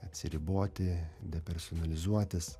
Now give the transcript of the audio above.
atsiriboti depersonalizuotis